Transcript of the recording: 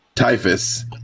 Typhus